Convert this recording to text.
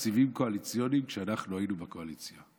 תקציבים קואליציוניים כשאנחנו היינו בקואליציה.